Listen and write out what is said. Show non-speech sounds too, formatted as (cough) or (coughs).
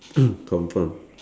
(coughs) confirm